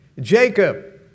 Jacob